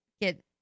get